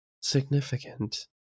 significant